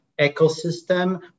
ecosystem